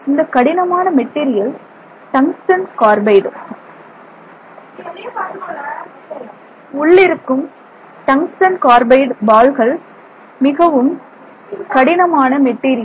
இந்த கடினமான material tungsten carbide உள்ளிருக்கும் டங்ஸ்டன் கார்பைடு பால்கள் மிகவும் கடினமான மெட்டீரியல்